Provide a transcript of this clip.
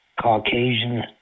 Caucasian